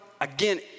again